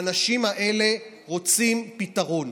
האנשים האלה רוצים פתרון,